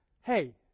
Hey